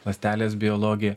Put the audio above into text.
ląstelės biologija